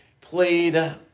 played